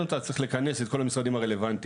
אותה צריך לכנס את כל המשרדים הרלוונטיים,